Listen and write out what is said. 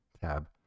tab